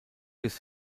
ist